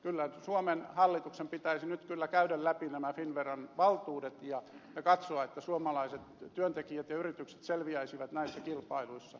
kyllä suomen hallituksen pitäisi nyt käydä läpi nämä finnveran valtuudet ja katsoa että suomalaiset työntekijät ja yritykset selviäisivät näissä kilpailuissa